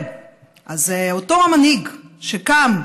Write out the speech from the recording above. אותו מנהיג, שקם ואומר: